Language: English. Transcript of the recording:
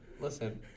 Listen